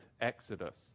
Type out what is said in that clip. Exodus